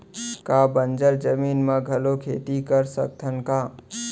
का बंजर जमीन म घलो खेती कर सकथन का?